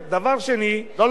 לא,